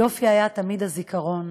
היופי היה תמיד הזיכרון,